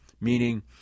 meaning